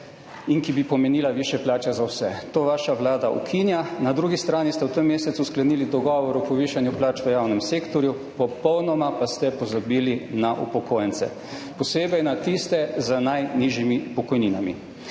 in ki bi pomenila višje plače za vse. To vaša vlada ukinja. Na drugi strani ste v tem mesecu sklenili dogovor o povišanju plač v javnem sektorju, popolnoma pa ste pozabili na upokojence. Posebej na tiste z najnižjimi pokojninami.